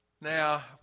Now